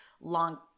long